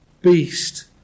beast